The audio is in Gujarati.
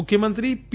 મુખ્યમંત્રી પી